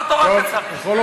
גם נתחיל לחפש כל דובר וכל מדבר